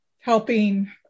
helping